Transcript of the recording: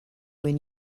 when